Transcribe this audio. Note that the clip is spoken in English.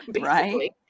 right